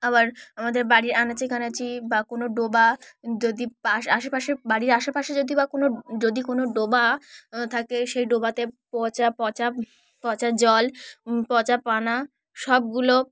আবার আমাদের বাড়ির আনাচে কানাচে বা কোনো ডোবা যদি পাশ আশেপাশে বাড়ির আশেপাশে যদি বা কোনো যদি কোনো ডোবা থাকে সেই ডোবাতে পচা পচা পচা জল পচা পানা সবগুলো